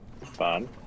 fun